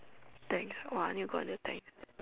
Tangs !wah! I need to go until Tangs